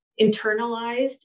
internalized